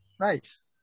nice